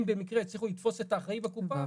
אם במקרה הצליחו לתפוס את האחראי בקופה.